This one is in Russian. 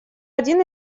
один